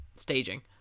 staging